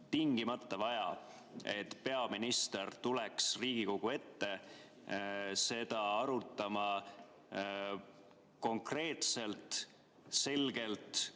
et peaminister tuleks Riigikogu ette seda teemat arutama konkreetselt, selgelt